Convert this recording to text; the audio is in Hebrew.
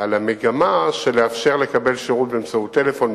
על המגמה לאפשר לקבל שירות באמצעות טלפון,